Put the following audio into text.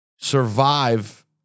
survive